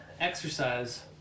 exercise